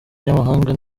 y’amahanga